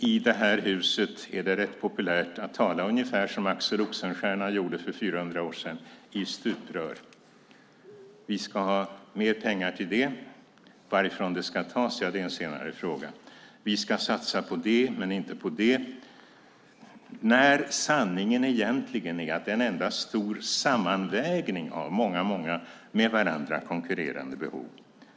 I det här huset är det rätt populärt att tala ungefär som Axel Oxenstierna gjorde för 400 år sedan - i stuprör. Vi ska ha mer pengar till det och det. Varifrån det ska tas är en senare fråga. Man säger att vi ska satsa på det men inte på det när sanningen egentligen är en enda stor sammanvägning av många med varandra konkurrerande behov.